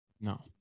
no